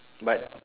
but